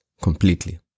completely